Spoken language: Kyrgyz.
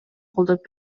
колдоп